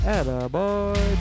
Attaboy